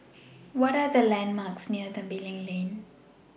What Are The landmarks near Tembeling Lane